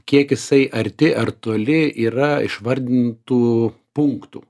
kiek jisai arti ar toli yra išvardintų punktų